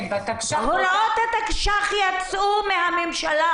בתקש"ח --- הוראות התקש"ח יצאו מהממשלה,